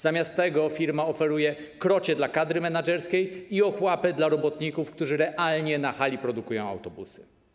Zamiast tego firma oferuje krocie dla kadry menedżerskiej i ochłapy dla robotników, którzy realnie na hali produkują autobusy.